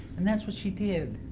and that's what she did.